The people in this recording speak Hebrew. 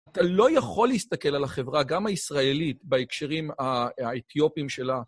אתה לא יכול להסתכל על החברה, גם הישראלית, בהקשרים האתיופיים שלה.